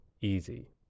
easy